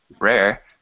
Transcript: rare